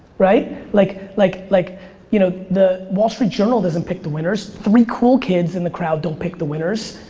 right? like, like like you know the wall street journal doesn't pick the winners. the three cool kids in the crowd don't pick the winners.